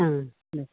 ओं दे